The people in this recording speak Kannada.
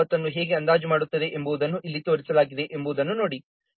9 ಅನ್ನು ಹೇಗೆ ಅಂದಾಜು ಮಾಡುತ್ತದೆ ಎಂಬುದನ್ನು ಇಲ್ಲಿ ತೋರಿಸಲಾಗಿದೆ ಎಂಬುದನ್ನು ನೋಡಿ